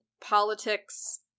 politics